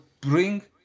bring